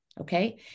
okay